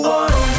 one